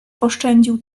oszczędził